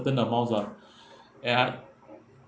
amounts uh ya I